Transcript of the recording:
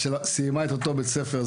שסיימה באותו בית הספר,